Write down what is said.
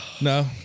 no